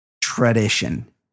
tradition